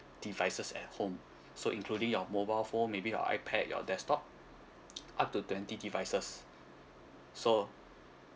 devices at home so including your mobile phone maybe your ipad your desktop up to twenty devices so